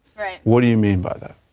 what do you mean by that?